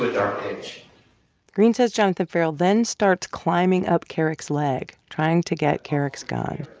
um ditch greene says jonathan ferrell then starts climbing up kerrick's leg trying to get kerrick's gun.